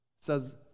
says